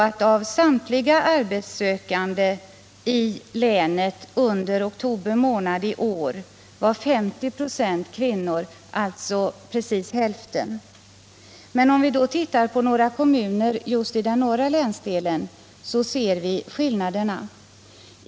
Av samtliga arbetssökande i länet under oktober månad i år var 50 96 kvinnor, alltså precis hälften. Om vi ser på förhållandena i några kommuner i norra länsdelen finner vi skillnaderna.